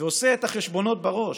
ועושה את החשבונות בראש: